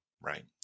Right